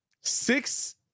Six